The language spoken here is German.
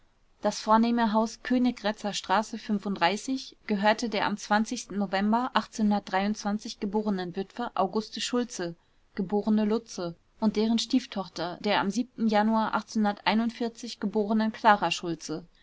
das vornehme haus königgrätzer straße gehörte der am november geborenen witwe auguste schultze geb lutze und deren stieftochter der am januar geborenen klara schultze